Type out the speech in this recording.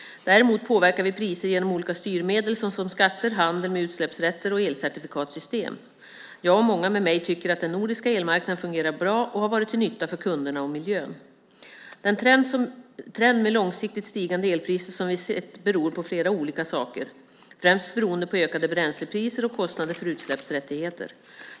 Däremot påverkar vi priser genom olika styrmedel såsom skatter, handel med utsläppsrätter och elcertifikatssystemet. Jag och många med mig tycker att den nordiska elmarknaden fungerar bra och har varit till nytta för kunderna och miljön. Den trend med långsiktigt stigande elpriser som vi sett beror på flera olika saker, främst beroende på ökade bränslepriser och kostnader för utsläppsrättigheter.